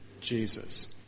Jesus